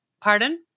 Pardon